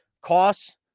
costs